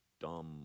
dumb